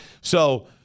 So-